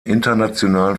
internationalen